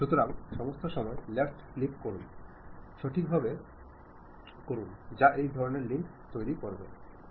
ചില സമയങ്ങളിൽ നിങ്ങൾ പ്രക്രിയ ആരംഭിക്കുകയും പൂർത്തിയാകുന്നതുവരെ കാത്തിരിക്കുകയും ചെയ്യണം